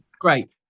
Great